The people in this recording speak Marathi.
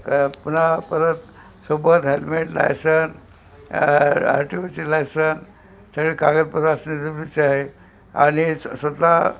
का पुन्हा परत सोबत हेल्मेट लायसन आर टी वची लायसन सगळी कागदपत्र असली जरुरीचे आहे आणि असं स्वतः